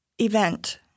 event